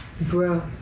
Bro